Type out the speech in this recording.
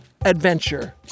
adventure